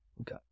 Okay